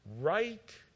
right